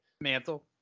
mantle